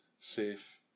safe